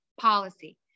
policy